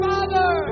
Father